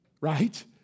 Right